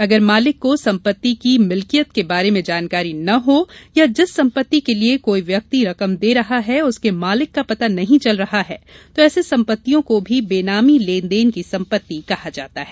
अगर मालिक को संपत्ति की मिलकियत के बारे में जानकारी नही हो या जिस संपत्ति के लिये कोई व्यक्ति रकम दे रहा है उसके मालिक का पता नही चल रहा है तो ऐसे संपत्तियों को भी बेनामी लेन देन की संपत्ति कहा जाता है